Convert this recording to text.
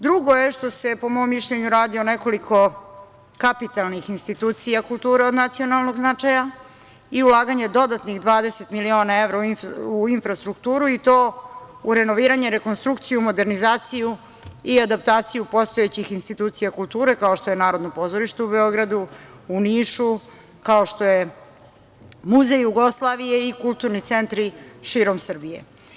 Drugo je što se, po mom mišljenju, radi o nekoliko kapitalnih institucija kulture od nacionalnog značaja i ulaganje dodatnih 20 miliona evra u infrastrukturu, i to u renoviranje, rekonstrukciju, modernizaciju i adaptaciju postojećih institucija kulture, kao što je Narodno pozorište u Beogradu, u Nišu, kao što je Muzej Jugoslavije i kulturni centri širom Srbije.